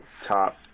top